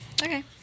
Okay